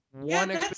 one